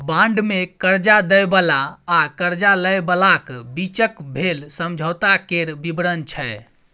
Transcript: bond मे करजा दय बला आ करजा लय बलाक बीचक भेल समझौता केर बिबरण छै